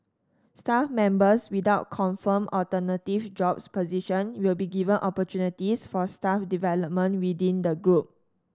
staff members without confirmed alternative job position will be given opportunities for staff development within the group